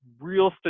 real